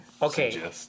Okay